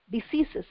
diseases